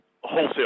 wholesale